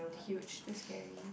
huge the scary